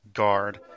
guard